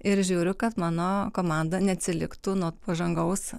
ir žiūriu kad mano komanda neatsiliktų nuo pažangaus